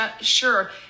sure